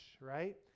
right